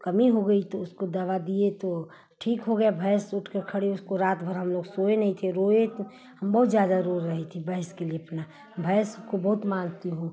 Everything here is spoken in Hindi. कमी हो गई तो उसको दवा दिए तो ठीक हो गई भैंस उठकर खड़ी उसको रात भर हम लोग सोए नहीं थे रोए तो हम बहुत ज़्यादा रो रहे थे भैंस के लिए अपनी भैंस को बहुत मानती हूँ